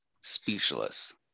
Speechless